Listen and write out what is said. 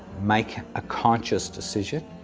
make a conscious decision.